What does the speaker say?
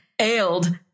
ailed